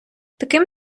таким